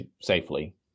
safely